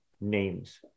names